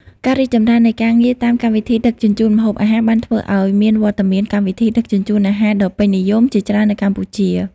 ការរីកចម្រើននៃការងារតាមកម្មវិធីដឹកជញ្ជូនម្ហូបអាហារបានធ្វើឱ្យមានវត្តមាន កម្មវិធីដឹកជញ្ជូនអាហារដ៏ពេញនិយម ជាច្រើននៅកម្ពុជា។